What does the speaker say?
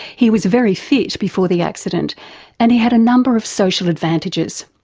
he was very fit before the accident and he had a number of social advantages.